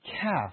Calf